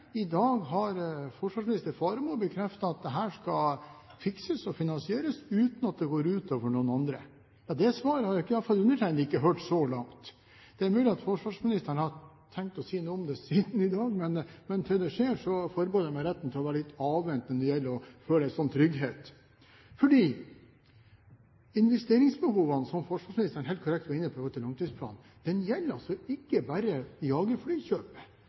i dag har forsvarsminister Faremo bekreftet at dette skal fikses og finansieres uten at det går ut over noen andre? Det svaret har i alle fall ikke undertegnede hørt så langt. Det er mulig at forsvarsministeren har tenkt å si noe om det siden i dag, men til det skjer, forbeholder jeg meg retten til å være litt avventende når det gjelder å føle en sånn trygghet. For investeringsbehovene, som forsvarsministeren helt korrekt var inne på i forhold til langtidsplanen, gjelder altså ikke bare jagerflykjøpet.